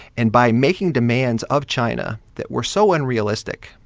and by making demands of china that were so unrealistic,